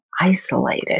isolated